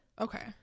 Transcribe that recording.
Okay